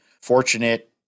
fortunate